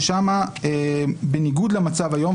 ששם בניגוד למצב היום,